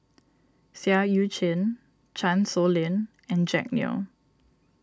Seah Eu Chin Chan Sow Lin and Jack Neo